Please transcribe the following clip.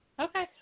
Okay